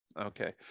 okay